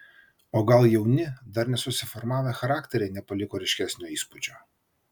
o gal jauni dar nesusiformavę charakteriai nepaliko ryškesnio įspūdžio